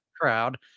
crowd